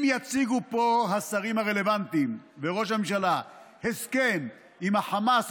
אם יציגו פה השרים הרלוונטיים וראש הממשלה הסכם עם החמאס,